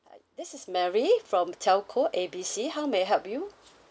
hi this is mary from telco A B C how may I help you